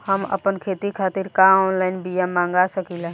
हम आपन खेती खातिर का ऑनलाइन बिया मँगा सकिला?